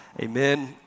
amen